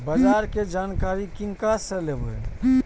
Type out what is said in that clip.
बाजार कै जानकारी किनका से लेवे?